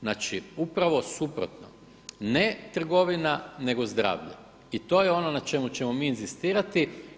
Znači upravo suprotno, ne trgovina, nego zdravlje i to je ono na čemu ćemo mi inzistirati.